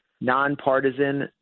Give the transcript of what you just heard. nonpartisan